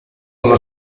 uno